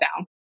down